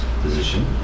position